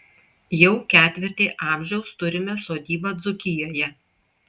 jau ketvirtį amžiaus turime sodybą dzūkijoje